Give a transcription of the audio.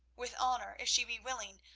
with honour if she be willing,